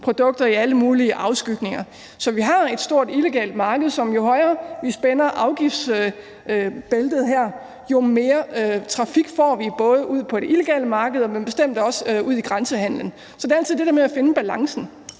nikotinprodukter i alle mulige afskygninger. Så vi har et stort illegalt marked, og jo mere vi spænder afgiftsbæltet her, jo mere trafik får vi både ude på det illegale marked og bestemt også i grænsehandelen. Så det er altid det der med at finde balancen.